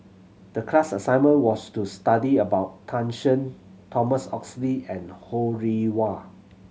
the class assignment was to study about Tan Shen Thomas Oxley and Ho Rih Hwa